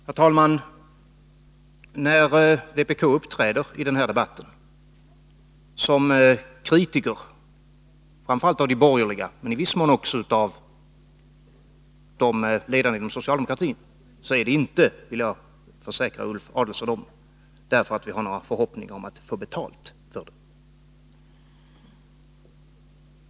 Fru talman! När vpk uppträder i denna debatt som kritiker framför allt av de borgerliga, men i viss mån också av de ledande inom socialdemokratin, så är det inte därför att vi har några förhoppningar om att få betalt för det, det vill jag försäkra Ulf Adelsohn.